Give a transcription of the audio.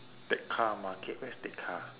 tekka market where's tekka